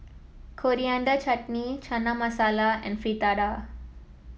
Coriander Chutney Chana Masala and Fritada